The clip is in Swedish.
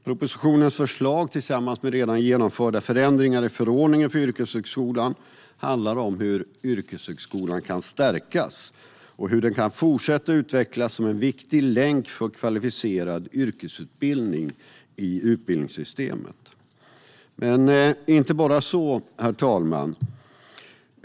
Propositionens förslag, tillsammans med redan genomförda förändringar i förordningen för yrkeshögskolan, handlar om hur yrkeshögskolan kan stärkas och hur den kan fortsätta att utvecklas som en viktig länk för kvalificerad yrkesutbildning i utbildningssystemet. Men det är inte bara så, herr talman!